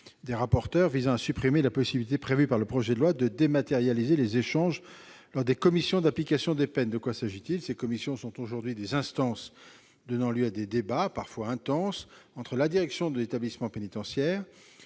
un amendement visant à supprimer la possibilité prévue par le projet de loi de dématérialiser les échanges lors des commissions de l'application des peines. Ces commissions sont aujourd'hui des instances donnant lieu à des débats parfois intenses entre la direction de l'établissement pénitentiaire,